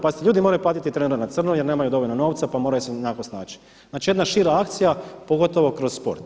Pazite, ljudi moraju platiti trenera na crno jer nemaju dovoljno novca, pa moraju se nekako snaći, znači jedna šira akcija pogotovo kroz sport.